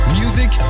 music